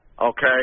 okay